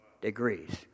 degrees